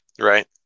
Right